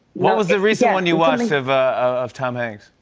what was the recent one you watched of of tom hanks?